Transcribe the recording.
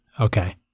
Okay